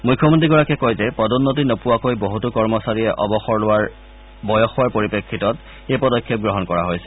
মুখ্যমন্ত্ৰী গৰাকীয়ে কয় যে পদোন্নতি নোপোৱাকৈ বহুতো কৰ্মচাৰী অৱসৰ লোৱাৰ বয়স হোৱাৰ পৰিপ্ৰেক্ষিতত এই পদক্ষেপ গ্ৰহণ কৰা হৈছে